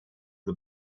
the